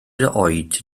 oed